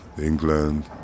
England